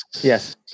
yes